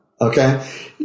okay